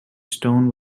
stone